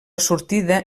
sortida